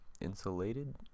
insulated